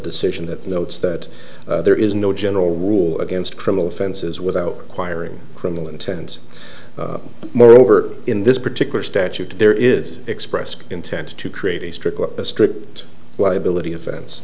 decision that notes that there is no general rule against criminal offenses without requiring criminal intent moreover in this particular statute there is expressed intent to create a strictly a strict liability offense